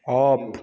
off